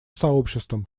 сообществом